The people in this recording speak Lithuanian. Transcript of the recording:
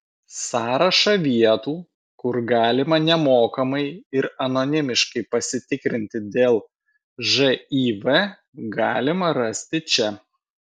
sąrašą vietų kur galima nemokamai ir anonimiškai pasitikrinti dėl živ galima rasti čia